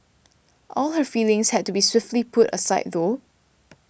all her feelings had to be swiftly put aside though